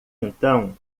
então